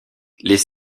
les